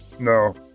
No